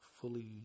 fully